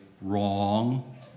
wrong